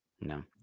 No